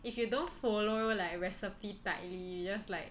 if you don't follow like recipe tightly you just like